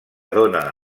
dóna